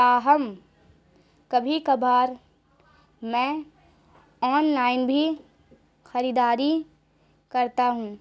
تاہم کبھی کبھار میں آن لائن بھی خریداری کرتا ہوں